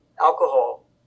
alcohol